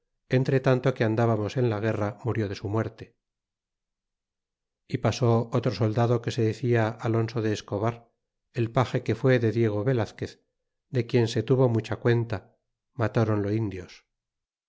tezcuco entretanto que andábamos en la guerra murió de su muerte e pasó otro soldado que se decia alonso de escobar el paje que fue de diego velazquez de quien se tuvo mucha cuenta matronlo indios